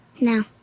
No